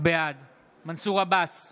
בעד מנסור עבאס,